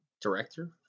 Director